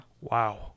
Wow